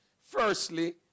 Firstly